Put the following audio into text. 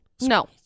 No